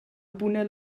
buna